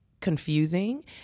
confusing